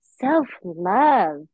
self-love